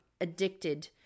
addicted